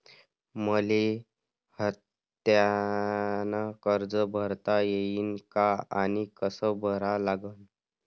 मले हफ्त्यानं कर्ज भरता येईन का आनी कस भरा लागन?